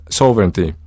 sovereignty